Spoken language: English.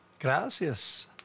gracias